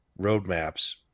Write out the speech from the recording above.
roadmaps